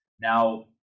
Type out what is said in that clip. Now